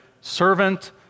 servant